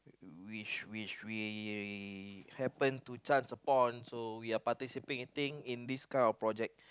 which which we happen to chance upon so we are participating in this kind of project